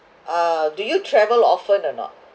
uh do you travel often or not